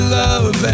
love